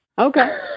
Okay